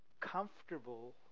comfortable